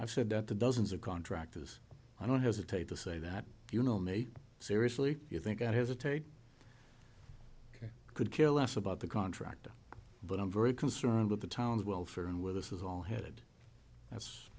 i said that the dozens of contractors i don't hesitate to say that you know me seriously you think i hesitate could kill less about the contractor but i'm very concerned with the town's welfare and where this is all headed that's